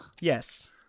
Yes